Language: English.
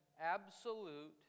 absolute